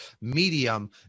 medium